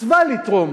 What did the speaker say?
מצווה לתרום